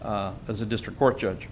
as a district court judge